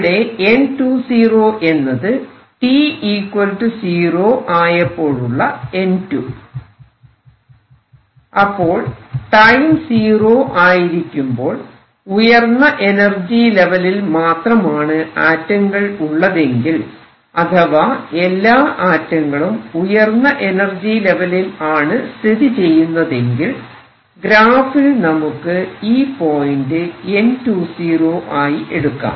ഇവിടെ N20 എന്നത് t 0 ആയപ്പോഴുള്ള N2 അപ്പോൾ ടൈം സീറോ ആയിരിക്കുമ്പോൾ ഉയർന്ന എനർജി ലെവലിൽ മാത്രമാണ് ആറ്റങ്ങൾ ഉള്ളതെങ്കിൽ അഥവാ എല്ലാ അറ്റങ്ങളും ഉയർന്ന എനർജി ലെവലിൽ ആണ് സ്ഥിതി ചെയ്യുന്നതെങ്കിൽ ഗ്രാഫിൽ നമുക്ക് ഈ പോയിന്റ് N20 ആയി എടുക്കാം